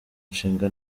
nshinga